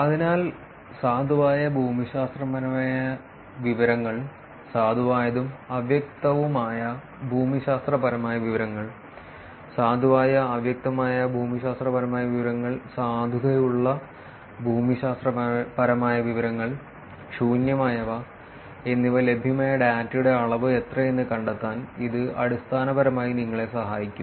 അതിനാൽ സാധുവായ ഭൂമിശാസ്ത്രപരമായ വിവരങ്ങൾ സാധുവായതും അവ്യക്തവുമായ ഭൂമിശാസ്ത്രപരമായ വിവരങ്ങൾ സാധുവായ അവ്യക്തമായ ഭൂമിശാസ്ത്രപരമായ വിവരങ്ങൾ സാധുതയുള്ള ഭൂമിശാസ്ത്രപരമായ വിവരങ്ങൾ ശൂന്യമായവ എന്നിവ ലഭ്യമായ ഡാറ്റയുടെ അളവ് എത്രയെന്ന് കണ്ടെത്താൻ ഇത് അടിസ്ഥാനപരമായി നിങ്ങളെ സഹായിക്കും